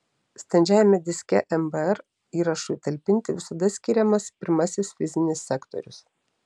standžiajame diske mbr įrašui talpinti visada skiriamas pirmasis fizinis sektorius